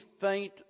faint